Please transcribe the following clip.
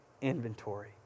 inventory